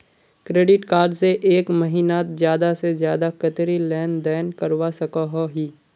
Credit card से एक महीनात ज्यादा से ज्यादा कतेरी लेन देन करवा सकोहो ही?